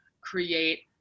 create